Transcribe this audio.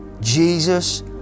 Jesus